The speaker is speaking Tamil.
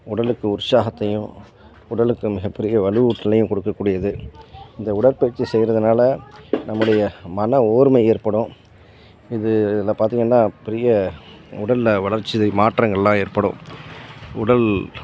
உடலுக்கு உற்சாகத்தையும் உடலுக்கு மிகப்பெரிய வலுவூட்டலையும் கொடுக்கக் கூடியது இந்த உடற்பயிற்சி செய்கிறதுனால நம்முடைய மன ஓர்மை ஏற்படும் இதில் பார்த்தீங்கன்னா பெரிய உடல்ல வளர்ச்சிதை மாற்றங்கள்லாம் ஏற்படும் உடல்